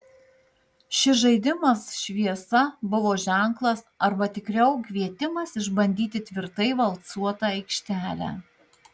šis žaidimas šviesa buvo ženklas arba tikriau kvietimas išbandyti tvirtai valcuotą aikštelę